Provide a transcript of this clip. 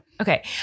Okay